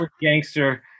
gangster